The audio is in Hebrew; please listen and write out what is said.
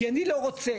כי אני לא רוצה,